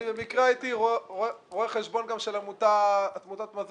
במקרה הייתי רואה חשבון גם של עמותת מזון,